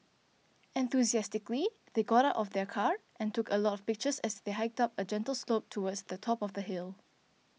enthusiastically they got out of their car and took a lot of pictures as they hiked up a gentle slope towards the top of the hill